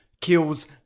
kills